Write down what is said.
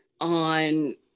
on